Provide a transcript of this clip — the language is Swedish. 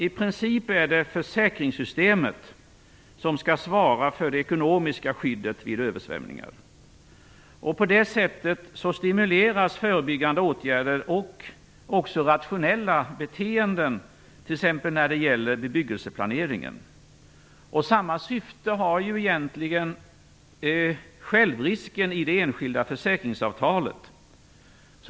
I princip är det försäkringssystemet som skall svara för det ekonomiska skyddet vid översvämningar. På det sättet stimuleras förebyggande åtgärder och rationella beteenden, t.ex. när det gäller bebyggelseplaneringen. Samma syfte har ju egentligen självrisken i det enskilda försäkringsavtalet.